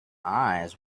eyes